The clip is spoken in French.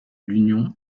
l’union